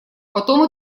потом